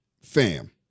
Fam